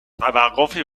توقفی